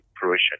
fruition